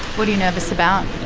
what are you nervous about?